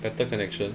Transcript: better connection